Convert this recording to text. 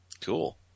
Cool